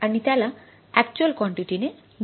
आणि त्याला actual quantity ने गुणले आहे